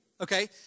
okay